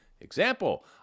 Example